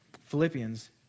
Philippians